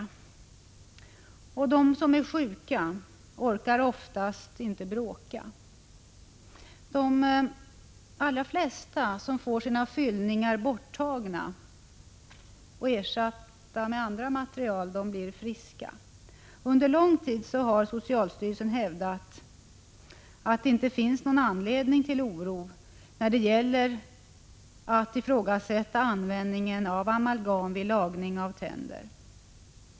De som är sjuka orkar oftast inte bråka. De allra flesta som får sina fyllningar borttagna och ersatta med andra material blir friska. Under lång tid har socialstyrelsen hävdat att det inte finns någon anledning till oro när det gäller att ifrågasätta användningen av amalgam vid lagning av tänder.